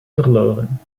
verloren